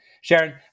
Sharon